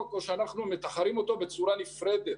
או שאנחנו מתחרים אותו בצורה נפרדת,